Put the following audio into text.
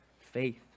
faith